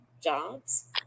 jobs